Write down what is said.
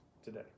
Today